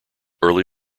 early